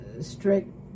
strict